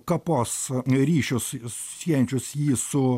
kapos ryšius siejančius jį su